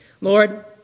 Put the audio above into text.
Lord